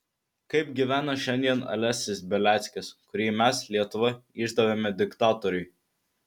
kaip gyvena šiandien alesis beliackis kurį mes lietuva išdavėme diktatoriui